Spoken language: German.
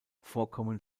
vorkommen